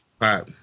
right